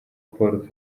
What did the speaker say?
paul